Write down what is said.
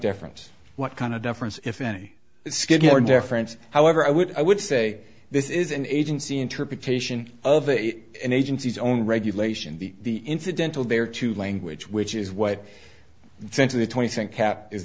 difference what kind of difference if any skidmore difference however i would i would say this is an agency interpretation of the an agency's own regulation the incidental there to language which is what